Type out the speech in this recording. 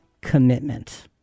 commitment